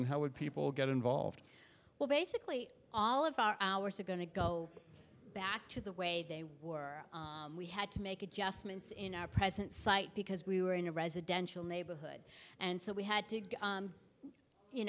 and how would people get involved well basically all of our hours ago to go back to the way they were we had to make adjustments in our present site because we were in a residential neighborhood and so we had to go you